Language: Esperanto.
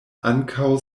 ankaŭ